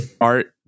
art